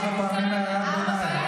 כבר ארבע פעמים את מעירה הערת ביניים.